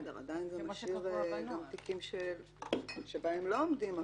עדיין, זה משאיר גם תיקים שבהם לא עומדים.